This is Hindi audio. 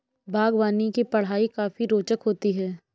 बागवानी की पढ़ाई काफी रोचक होती है